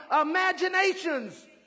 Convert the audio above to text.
imaginations